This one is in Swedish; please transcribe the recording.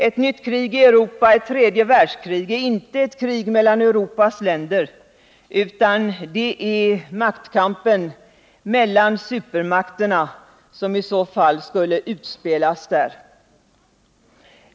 Ett nytt krig i Europa - ett tredje världskrig — är inte ett krig mellan Europas länder — utan det är maktkampen mellan supermakterna som i så fall skulle utspelas där.